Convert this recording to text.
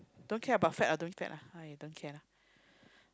don't care about fat or don't fat lah !aiya! don't care lah